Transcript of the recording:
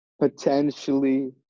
potentially